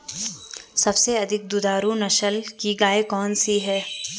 सबसे अधिक दुधारू नस्ल की गाय कौन सी है?